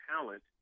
talent